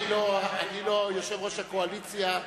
נא להצביע.